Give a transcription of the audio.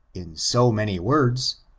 in so many words,